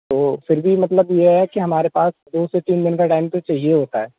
तो फिर भी मतलब ये है कि हमारे पास दो से तीन दिन का टाइम तो चहिये होता है